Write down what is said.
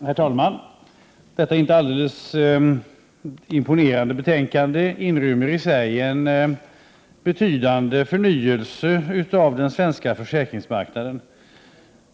Herr talman! Detta inte alldeles imponerande betänkande inrymmer i sig en betydande förnyelse av den svenska försäkringsmarknaden.